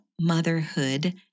motherhood